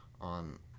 on